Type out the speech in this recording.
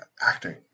acting